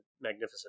magnificent